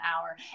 hour